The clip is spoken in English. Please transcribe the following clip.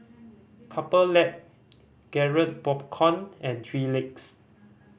Couple Lab Garrett Popcorn and Three Legs